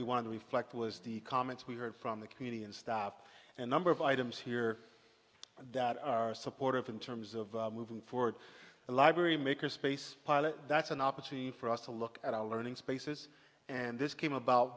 we wanted to reflect was the comments we heard from the community and staff and number of items here that are supportive in terms of moving forward and library maker space pilot that's an opportunity for us to look at our learning spaces and this came about